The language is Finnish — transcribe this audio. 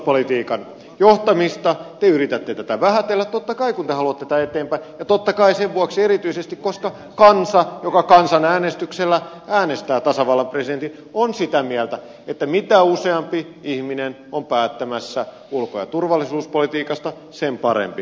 te yritätte tätä vähätellä totta kai kun te haluatte tätä eteenpäin ja totta kai sen vuoksi erityisesti koska kansa joka kansanäänestyksellä äänestää tasavallan presidentin on sitä mieltä että mitä useampi ihminen on päättämässä ulko ja turvallisuuspolitiikasta sen parempi